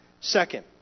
Second